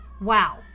wow